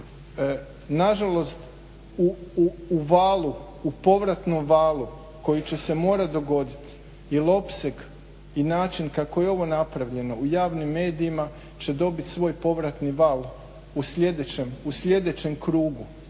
nažalost u povratnom valu koji će se morati dogoditi jel opseg i način kako je ovo napravljeno u javnim medijima će dobiti svoj povratni val u sljedećem krugu,